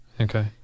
Okay